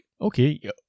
Okay